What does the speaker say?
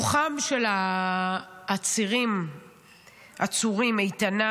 רוחם של העצורים איתנה.